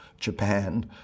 Japan